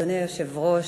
אדוני היושב-ראש,